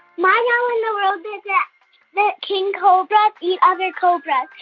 my wow in the world is yeah that king cobras eat other cobras.